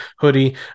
hoodie